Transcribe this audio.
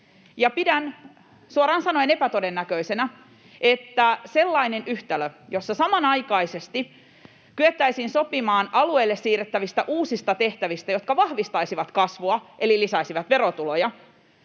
Pidän suoraan sanoen epätodennäköisenä, että sellainen yhtälö, jossa samanaikaisesti kyettäisiin sopimaan alueille siirrettävistä uusista tehtävistä, jotka vahvistaisivat kasvua eli lisäisivät verotuloja,